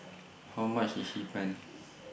How much IS Hee Pan